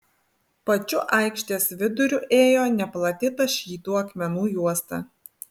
pačiu aikštės viduriu ėjo neplati tašytų akmenų juosta